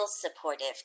supportive